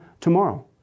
tomorrow